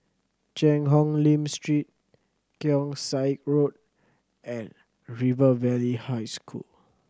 Cheang Hong Lim Street Keong Saik Road and River Valley High School